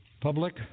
public